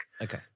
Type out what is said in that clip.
Okay